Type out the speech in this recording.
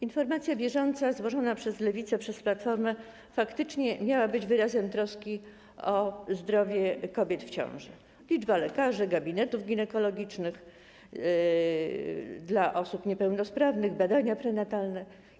Informacja bieżąca złożona przez Lewicę, przez Platformę faktycznie miała być wyrazem troski o zdrowie kobiet w ciąży - liczba lekarzy, gabinetów ginekologicznych dla osób niepełnosprawnych, badania prenatalne.